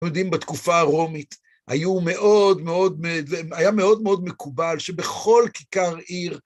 יהודים בתקופה הרומית, היו מאוד מאוד מ... היה מאוד מאוד מקובל שבכל כיכר עיר